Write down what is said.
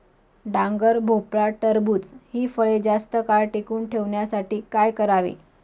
डांगर, भोपळा, टरबूज हि फळे जास्त काळ टिकवून ठेवण्यासाठी काय करावे?